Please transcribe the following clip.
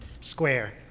square